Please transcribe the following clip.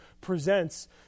presents